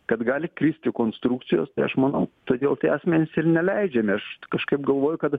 kad gali kristi konstrukcijos tai aš manau todėl tie asmenys ir neleidžia nešt kažkaip galvoju kad